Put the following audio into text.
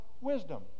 wisdom